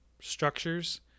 structures